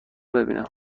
ببینم